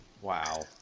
wow